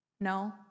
No